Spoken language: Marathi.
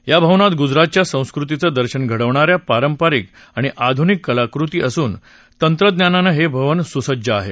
या भवनात गुजरातच्या संस्कृतीचं दर्शन घडवणाऱ्या पारंपरिक आणि आधुनिक कलाकृती असून तंत्रज्ञानानं हे भवन सुसज्ज आहे